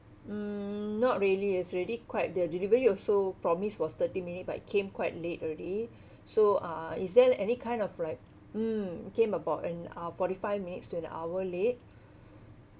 mm not really is really quite their delivery also promised was thirty minute but came quite late already so uh is there any kind of like mm came about an hou~ forty five minutes to an hour late